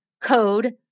code